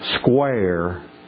square